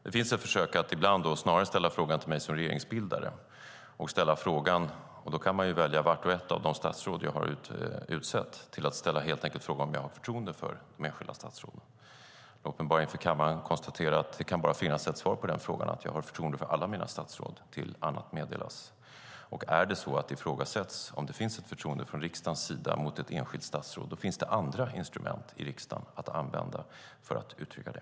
Det görs ibland försök att snarare ställa frågan till mig som regeringsbildare, och då kan man ju välja vart och ett av de statsråd som jag har utsett och helt enkelt ställa frågan om jag har förtroende för de enskilda statsråden. Låt mig inför kammaren konstatera att det bara kan finnas ett svar på den frågan, och det är att jag har förtroende för alla mina statsråd tills något annat meddelas. Och är det så att det ifrågasätts om det från riksdagens sida finns ett förtroende för ett enskilt statsråd finns det andra instrument i riksdagen att använda för att uttrycka det.